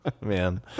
man